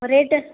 rate